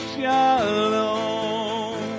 Shalom